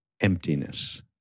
emptiness